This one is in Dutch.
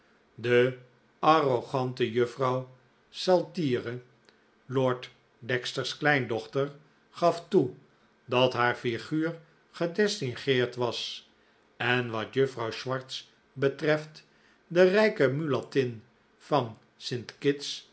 de arrogante juffrouw saltire lord dexter's kleindochter gaf toe dat haar flguur gedistingeerd was en wat juffrouw swartz betreft de rijke mulattin van